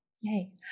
Yay